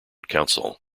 council